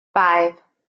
five